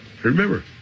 Remember